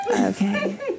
Okay